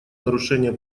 нарушения